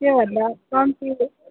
त्योभन्दा कम्ती